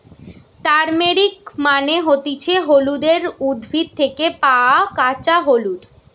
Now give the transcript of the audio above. turmeric মানে হতিছে হলুদের উদ্ভিদ থেকে পায়া কাঁচা হলুদ